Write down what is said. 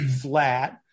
flat